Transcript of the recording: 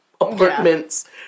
apartments